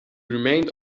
remained